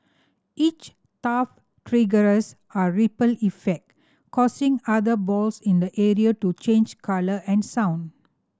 each touch triggers a ripple effect causing other balls in the area to change colour and sound